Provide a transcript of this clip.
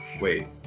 Wait